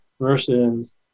versus